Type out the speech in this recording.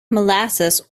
molasses